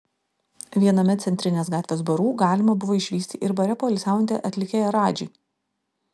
viename centrinės gatvės barų galima buvo išvysti ir bare poilsiaujantį atlikėją radžį